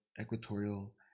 equatorial